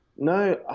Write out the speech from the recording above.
No